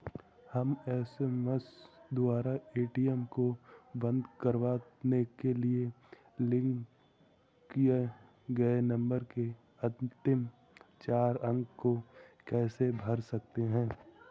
हम एस.एम.एस द्वारा ए.टी.एम को बंद करवाने के लिए लिंक किए गए नंबर के अंतिम चार अंक को कैसे भर सकते हैं?